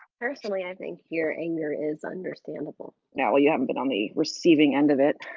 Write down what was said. personally i think your anger is understandable. yeah, well you haven't been on the receiving end of it.